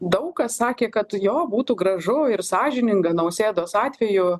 daug kas sakė kad jo būtų gražu ir sąžininga nausėdos atveju